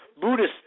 Buddhist